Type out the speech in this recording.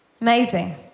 Amazing